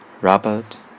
Robert